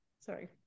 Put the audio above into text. sorry